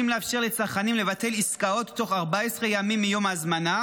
לאפשר לצרכנים לבטל עסקאות תוך 14 ימים מיום ההזמנה